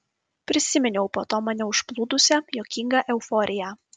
prisiminiau po to mane užplūdusią juokingą euforiją